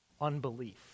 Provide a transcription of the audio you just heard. unbelief